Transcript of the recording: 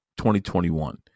2021